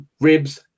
Ribs